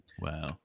wow